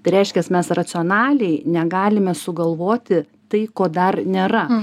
tai reiškias mes racionaliai negalime sugalvoti tai ko dar nėra